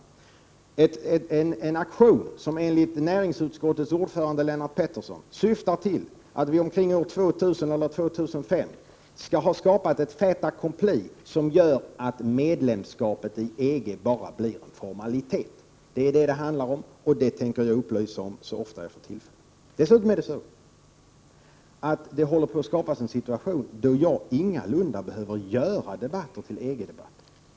Det är en aktion som enligt näringsutskottets ordförande Lennart Pettersson syftar till att vi omkring år 2000 eller 2005 skall ha skapat ett fait accompli, som innebär att medlemskapet i EG bara blir en formalitet. Det är vad det handlar om, och det tänker jag upplysa om så fort jag får tillfälle. Dessutom: Det håller på att skapas ett läge där jag ingalunda behöver göra debatter till EG-debatter.